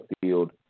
field